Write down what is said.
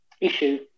issue